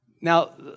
Now